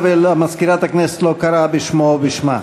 ומזכירת הכנסת לא קראה בשמו או בשמה?